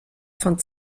von